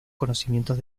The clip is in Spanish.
conocimientos